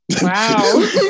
Wow